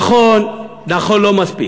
נכון, נכון, לא מספיק,